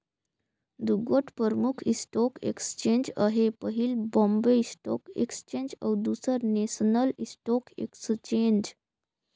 दुगोट परमुख stock exchange अहे पहिल बॉम्बे स्टाक एक्सचेंज अउ दूसर नेसनल स्टॉक एक्सचेंज